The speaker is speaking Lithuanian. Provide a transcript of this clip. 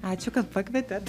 ačiū kad pakvietėt